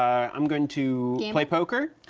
um i'm going to play poker.